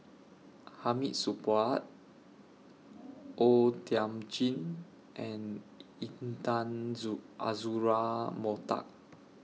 Hamid Supaat O Thiam Chin and Intan Zoo Azura Mokhtar